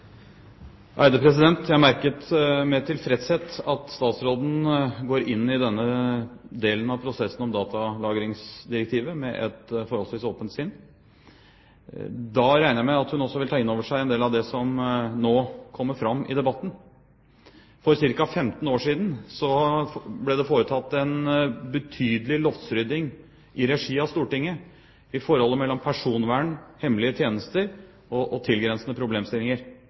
Jeg merket meg med tilfredshet at statsråden går inn i denne delen av prosessen om datalagringsdirektivet med et forholdsvis åpent sinn. Da regner jeg med at hun også vil ta inn over seg en del av det som nå kommer fram i debatten. For ca. 15 år siden ble det foretatt en betydelig loftsrydding i regi av Stortinget i forholdet mellom personvern, hemmelige tjenester og tilgrensende problemstillinger.